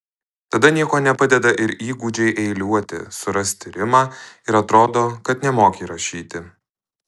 tada nieko nepadeda ir įgūdžiai eiliuoti surasti rimą ir atrodo kad nemoki rašyti